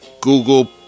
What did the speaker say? Google